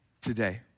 today